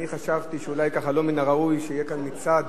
חשבתי שאולי לא מן הראוי שיהיה כאן מצעד